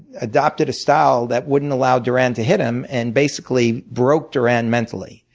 adopted a style that wouldn't allow duran to hit him and basically broke duran mentally.